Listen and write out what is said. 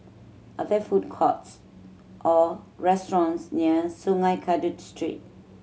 are there food courts or restaurants near Sungei Kadut Street